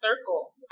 circle